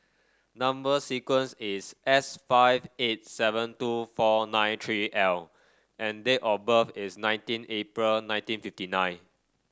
number sequence is S five eight seven two four nine three L and date of birth is nineteen April nineteen fifty nine